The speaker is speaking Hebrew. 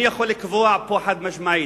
אני יכול לקבוע פה חד-משמעית: